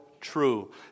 true